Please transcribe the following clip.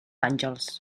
àngels